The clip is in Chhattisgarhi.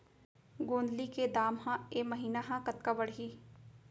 गोंदली के दाम ह ऐ महीना ह कतका बढ़ही?